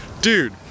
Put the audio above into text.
dude